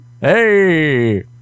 hey